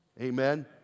Amen